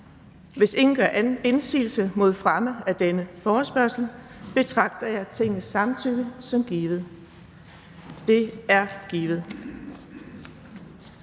Hvis ingen gør indsigelse mod fremme af denne forespørgsel, betragter jeg Tingets samtykke som givet. Det er givet.